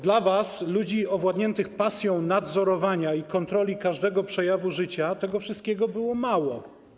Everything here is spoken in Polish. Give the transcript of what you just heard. Dla was, ludzi owładniętych pasją nadzorowania i kontroli każdego przejawu życia, tego wszystkiego było mało.